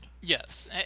Yes